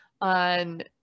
on